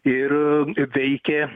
ir veikė